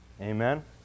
Amen